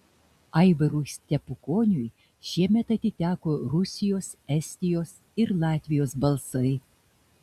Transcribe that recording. aivarui stepukoniui šiemet atiteko rusijos estijos ir latvijos balsai